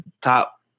top